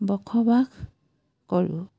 বসবাস কৰোঁ